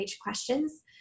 questions